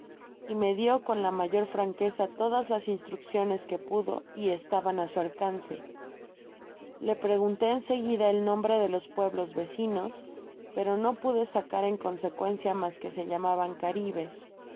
y me lio con la mayor franqueza todas las instrucciones que pudo y estaban á su alcance le pregunté en seguida el nombre de los pueblos vecinos pero no pude sacar en consecuencia mas que se llaman caribes